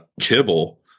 kibble